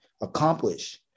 accomplish